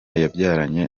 yabyaranye